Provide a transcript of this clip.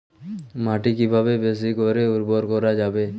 মাটি কিভাবে বেশী করে উর্বর করা যাবে?